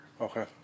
Okay